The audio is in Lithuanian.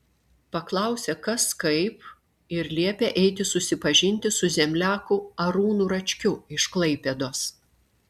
paklausė kas kaip ir liepė eiti susipažinti su zemliaku arūnu račkiu iš klaipėdos